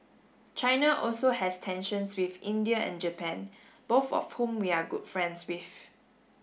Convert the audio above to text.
China also has tensions with India and Japan both of whom we are good friends with